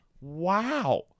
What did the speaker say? Wow